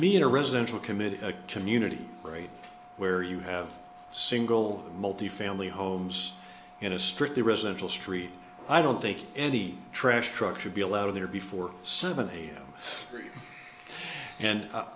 me in a residential committee community right where you have single multi family homes in a strictly residential street i don't think any trash truck should be allowed in there before seven am and